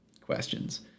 questions